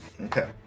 Okay